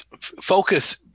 focus